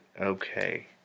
Okay